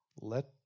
Let